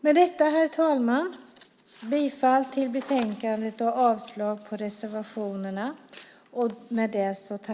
Med detta, herr talman, yrkar jag bifall till förslaget i betänkandet och avslag på reservationerna.